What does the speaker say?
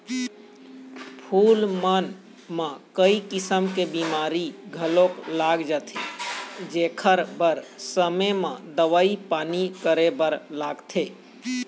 फूल मन म कइ किसम के बेमारी घलोक लाग जाथे जेखर बर समे म दवई पानी करे बर लागथे